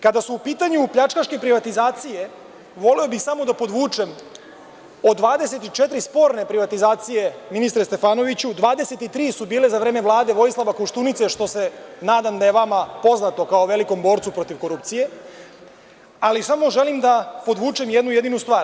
Kada su u pitanju pljačkaške privatizacije, voleo bih samo da podvučem od 24 sporne privatiizacije, ministre Stefanoviću, 23 su bile za vreme Vlade Vojislava Koštunice, što se nadam da je vama poznato kao velikom borcu protiv korupcije, ali samo želim da podvučem jednu stvar.